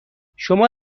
شما